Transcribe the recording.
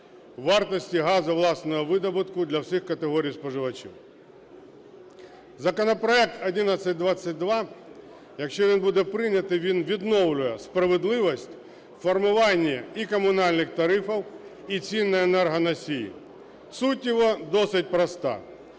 вартості газу власного видобутку для всіх категорій споживачів. Законопроект 1122, якщо він буде прийнятий, він відновлює справедливість формування і комунальних тарифів, і цін на енергоносії. Суть його досить проста.